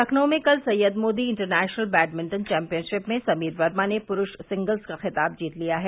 लखनऊ में कल Syed Modi international badminton championship में समीर वर्मा ने पुरूष सिंगल्स का खिताब जीत लिया है